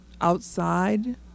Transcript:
outside